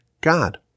God